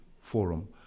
Forum